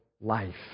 life